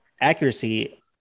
accuracy